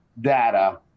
data